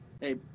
Hey